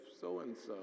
so-and-so